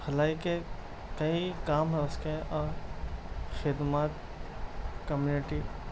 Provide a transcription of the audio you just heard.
بھلائی کے کئی کام ہیں اس کے اور خدمات کمیونٹی